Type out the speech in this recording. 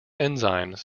enzymes